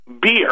beer